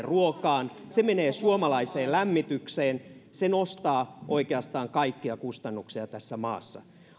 ruokaan se menee suomalaiseen lämmitykseen se nostaa oikeastaan kaikkia kustannuksia tässä maassa